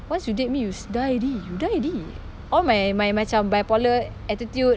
once you date me you die already you die already all my my macam bipolar attitude